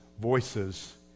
voices